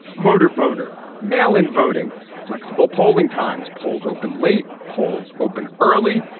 motor voter mail in voting flexible polling times. polls open late polls open early.